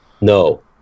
No